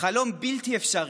חלום בלתי אפשרי,